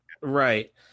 right